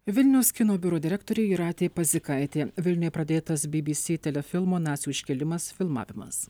vilniaus kino biuro direktorė jūratė pazikaitė vilniuje pradėtas by by sy telefilmo nacių iškilimas filmavimas